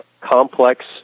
complex